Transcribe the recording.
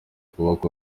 twubake